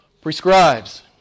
prescribes